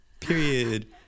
period